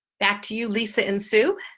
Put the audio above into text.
back to you lisa and sue.